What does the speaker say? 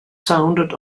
sounded